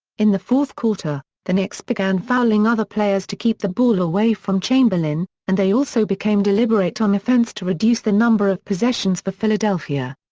in the fourth quarter, the knicks began fouling other players to keep the ball away from chamberlain, and they also became deliberate on offense to reduce the number of possessions for philadelphia.